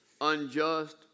unjust